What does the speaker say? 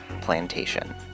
plantation